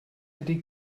ydy